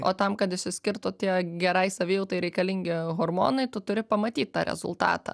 o tam kad išsiskirtų tie gerai savijautai reikalingi hormonai tu turi pamatyt tą rezultatą